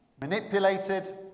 Manipulated